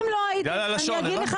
לא, הסברת, בגלל הלשון, הבנתי.